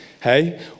Hey